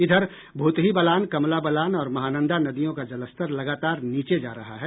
इधर भूतही बलान कमला बलान और महानंदा नदियों का जलस्तर लगातार नीचे जा रहा है